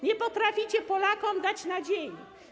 Nie potraficie Polakom dać nadziei.